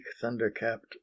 thunder-capped